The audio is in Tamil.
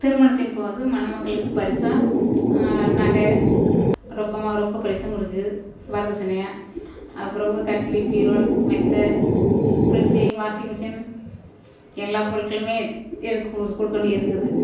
திருமணத்தின் போது மணமக்களுக்கு பரிசாக நகை ரொக்கமாக ரொக்க பரிசும் கொடுத்து வரதட்சணையாக அப்புறவு கட்டில் பீரோ மெத்தை பிரிட்ஜ்ஜூ வாஷின்மெஸின் எல்லா பொருட்களுமே இது கொடு கொடுக்க வேண்டியது இருக்குது